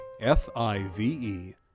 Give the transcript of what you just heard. F-I-V-E